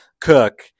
Cook